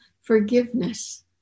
forgiveness